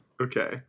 Okay